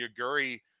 Yaguri-